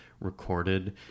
recorded